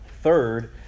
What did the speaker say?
Third